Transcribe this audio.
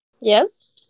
Yes